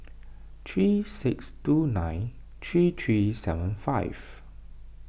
three six two nine three three seven five